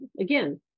again